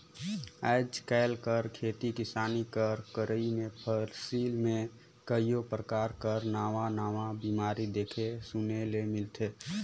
आएज काएल कर खेती किसानी कर करई में फसिल में कइयो परकार कर नावा नावा बेमारी देखे सुने ले मिलथे